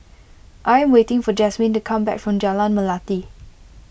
I am waiting for Jazmin to come back from Jalan Melati